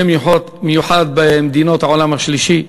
במיוחד במדינות העולם השלישי,